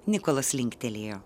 nikolas linktelėjo